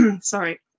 sorry